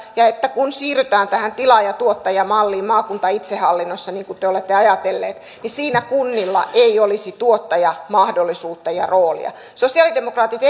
ja että kun siirrytään tähän tilaaja tuottaja malliin maakuntaitsehallinnossa niin kuin te olette ajatelleet niin siinä kunnilla ei olisi tuottajamahdollisuutta ja roolia sosialidemokraatit